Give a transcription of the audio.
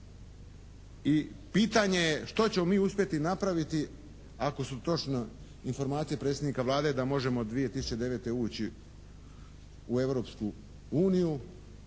i pitanje je što ćemo mi uspjeti napraviti ako su točne informacije predsjednika Vlade da možemo 2009. ući u Europsku uniju,